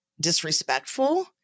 disrespectful